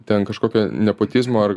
ten kažkokio nepotizmo ar